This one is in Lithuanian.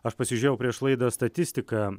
aš pasižiūrėjau prieš laidą statistiką